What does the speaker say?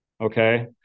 Okay